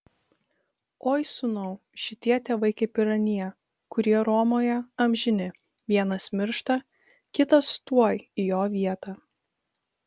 oi sūnau šitie tėvai kaip ir anie kurie romoje amžini vienas miršta kitas tuoj į jo vietą